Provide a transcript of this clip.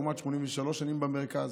לעומת 83 שנים במרכז.